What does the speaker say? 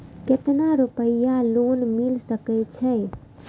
केतना रूपया लोन मिल सके छै?